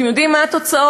אתם יודעים מה התוצאות?